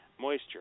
moisture